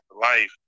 life